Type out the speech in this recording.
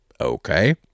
Okay